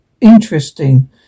interesting